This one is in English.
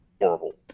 horrible